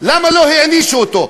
למה לא הענישו אותו?